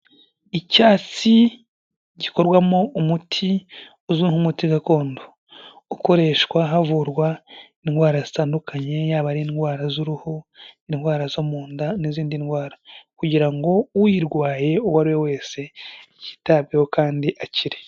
Icyatsi gikorwamo umuti uzwi nk'umuti gakondo, ukoreshwa havurwa indwara zitandukanye, yaba ari indwara z'uruhu, indwara zo mu nda n'izindi ndwara kugira ngo uyirwaye uwo ari we wese, yitabweho kandi akire.